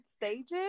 stages